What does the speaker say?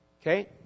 Okay